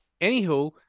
Anywho